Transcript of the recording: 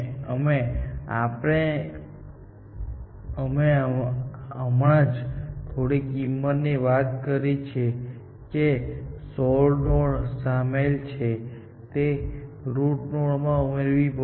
અમે હમણાં જ થોડી કિંમતની વાત કરી છે જે સોલ્વ્ડ નોડ્સમાં સામેલ છે અને તે રુટ નોડ માં ઉમેરવી પડશે